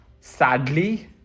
Sadly